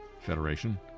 federation